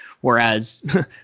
whereas